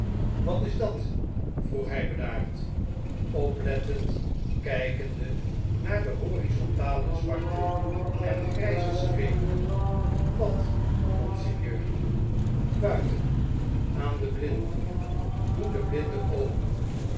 wat is dat vroeg hjj bedaard oplettendkfjkende naar de horizontal zwarte en gryze strepen wat monseigneur buiten aan de blinden doedeblinden open